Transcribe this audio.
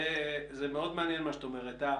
זה מאוד מעניין מה שאת אומרת.